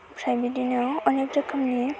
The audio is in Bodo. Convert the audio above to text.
फ्राय बिदिनो अनेग रोखोमनि